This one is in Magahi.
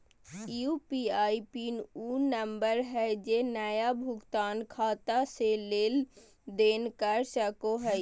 यू.पी.आई पिन उ नंबर हइ जे नया भुगतान खाता से लेन देन कर सको हइ